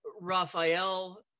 Raphael